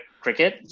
cricket